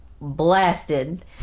blasted